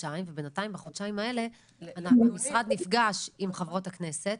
חודשיים ובינתיים בחודשיים האלה המשרד נפגש עם חברות הכנסת